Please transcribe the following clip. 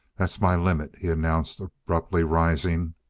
that's my limit, he announced abruptly, rising.